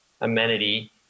amenity